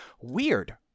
Weird